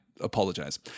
apologize